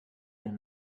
den